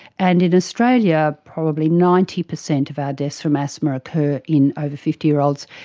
and in australia probably ninety percent of our deaths from asthma occur in over fifty year olds.